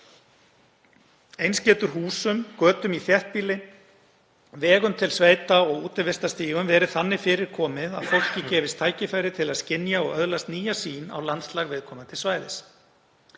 Eins getur húsum, götum í þéttbýli, vegum til sveita og útivistarstígum verið þannig fyrir komið að fólki gefist tækifæri til að skynja og öðlast nýja sýn á landslag viðkomandi svæðis.